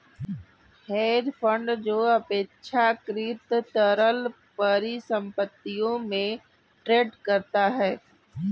hedge fund जो अपेक्षाकृत तरल परिसंपत्तियों में ट्रेड करता है